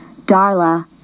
Darla